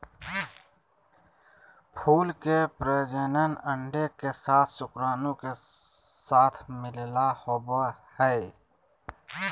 फूल के प्रजनन अंडे के साथ शुक्राणु के साथ मिलला होबो हइ